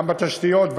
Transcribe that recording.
גם בתשתיות,